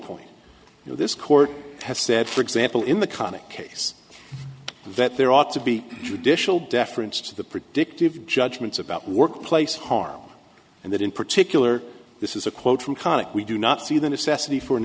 point you know this court has said for example in the comic case that there ought to be judicial deference to the predictive judgments about workplace harm and that in particular this is a quote from connick we do not see the necessity for an